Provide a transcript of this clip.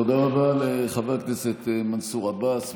תודה רבה לחבר הכנסת מנסור עבאס,